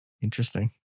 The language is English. Interesting